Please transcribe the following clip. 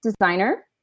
designer